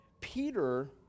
Peter